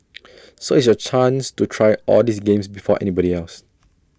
so it's your chance to try all these games before anybody else